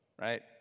right